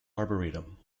arboretum